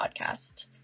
podcast